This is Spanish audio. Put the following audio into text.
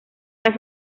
era